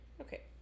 okay